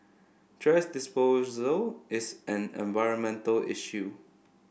thrash disposal is an environmental issue